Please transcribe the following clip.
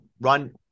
run